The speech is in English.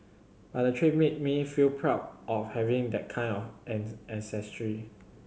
but the trip made me feel proud of having that kind of ancestry